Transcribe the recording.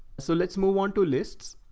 so let's move on to lists.